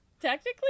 technically